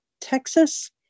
Texas